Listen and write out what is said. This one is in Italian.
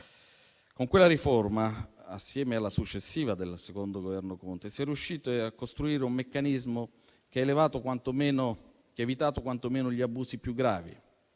Con quella riforma, assieme alla successiva del Governo Conte II, si è riusciti a costruire un meccanismo che ha evitato quantomeno gli abusi più gravi,